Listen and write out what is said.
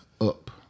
up